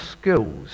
skills